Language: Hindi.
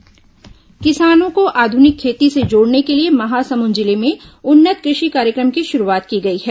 उन्नत कृषि कार्यक्रम किसानों को आधुनिक खेती से जोड़ने के लिए महासमुंद जिले में उन्नत कृषि कार्यक्रम की शुरूआत की गई है